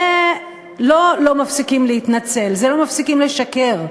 זה לא "מפסיקים להתנצל", זה "לא מפסיקים לשקר".